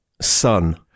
son